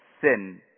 sin